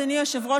אדוני היושב-ראש,